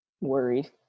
worried